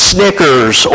Snickers